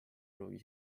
pruugi